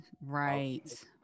right